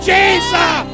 Jesus